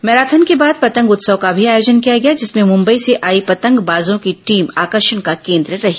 marathon के बाद पतंग उत्सव का भी आयोजन किया गया जिसमें मुंबई से आई पतंगबाजों की टीम आकर्षण का केन्द्र रही